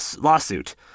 lawsuit